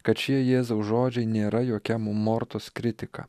kad šie jėzaus žodžiai nėra jokia mortos kritika